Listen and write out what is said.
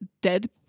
dead